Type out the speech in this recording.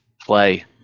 play